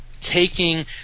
taking